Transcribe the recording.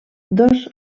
dos